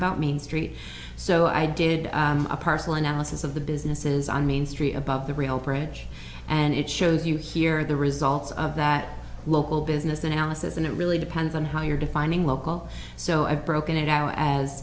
about main street so i did a partial analysis of the businesses on main street above the rail bridge and it shows you here the results of that local business analysis and it really depends on how you're defining local so i've broken it out as